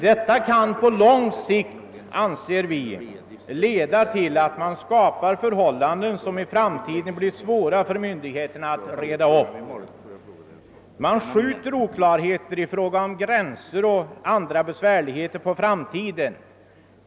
Detta kan på lång sikt, anser vi, leda till att man skapar förhållanden som i framtiden blir svåra för myndigheterna att reda upp. Man skjuter oklarheter i fråga om gränser och andra besvärligheter på framtiden.